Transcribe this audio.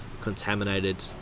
contaminated